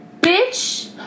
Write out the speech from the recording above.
bitch